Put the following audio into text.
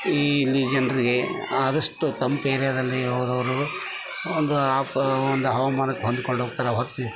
ಈ ಇಲ್ಲಿ ಜನರಿಗೆ ಆದಷ್ಟು ತಂಪು ಏರಿಯಾದಲ್ಲಿ ಹೋದವ್ರಿಗೂ ಒಂದು ಆಪ್ ಒಂದು ಹವಾಮಾನಕ್ಕೆ ಹೊಂದ್ಕೊಂಡು ಹೋಗ್ತಾರ ಹೊರ್ತು